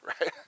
right